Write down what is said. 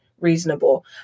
reasonable